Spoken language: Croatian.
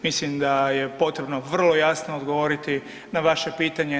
Mislim da je potrebno vrlo jasno odgovoriti na vaše pitanje.